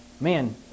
Man